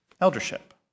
eldership